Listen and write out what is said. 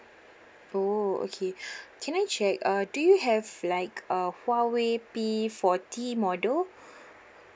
oh okay can I check uh do you have like a huawei P forty model